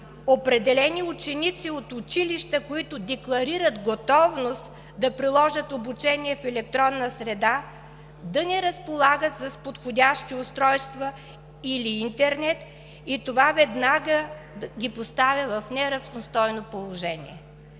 определени ученици от училища, които декларират готовност да приложат обучение в електронна среда, да не разполагат с подходящи устройства или интернет и това веднага ги поставя в неравностойно положение.